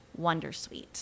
wondersuite